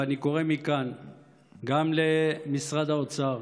ואני קורא מכאן גם למשרד האוצר,